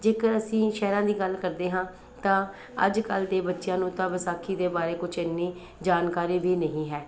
ਜੇਕਰ ਅਸੀਂ ਸ਼ਹਿਰਾਂ ਦੀ ਗੱਲ ਕਰਦੇ ਹਾਂ ਤਾਂ ਅੱਜ ਕੱਲ੍ਹ ਦੇ ਬੱਚਿਆਂ ਨੂੰ ਤਾਂ ਵਿਸਾਖੀ ਦੇ ਬਾਰੇ ਕੁਝ ਇੰਨੀ ਜਾਣਕਾਰੀ ਵੀ ਨਹੀਂ ਹੈ